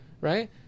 right